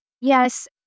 Yes